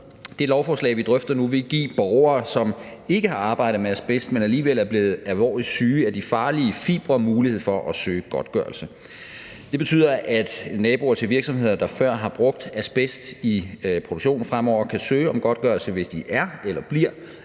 Det lovforslag, vi drøfter nu, vi vil give borgere, som ikke har arbejdet med asbest, men som alligevel er blevet alvorligt syge af de farlige fibre, mulighed for at søge godtgørelse. Det betyder, at naboer til virksomheder, der før har brugt asbest i produktionen, fremover kan søge om godtgørelse, hvis de er eller bliver